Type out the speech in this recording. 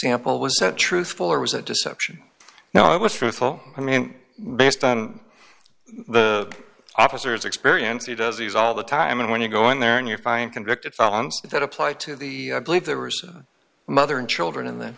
sample was said truthful or was it deception now it was truthful i mean based on the officers experience he does these all the time and when you go in there and you find convicted felons that apply to the i believe there were some mother and children in the